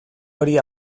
hori